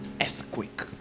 earthquake